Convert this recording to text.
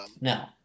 no